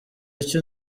icyo